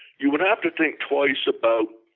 you would have to think twice about,